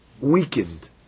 Weakened